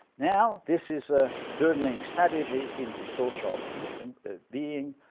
now this is ah turning savages into social beings,